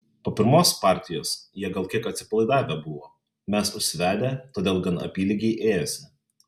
po pirmos partijos jie gal kiek atsipalaidavę buvo mes užsivedę todėl gan apylygiai ėjosi